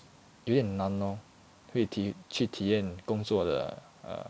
有点难 lor 去体验工作的 err